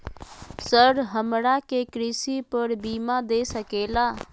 Sir हमरा के कृषि पर बीमा दे सके ला?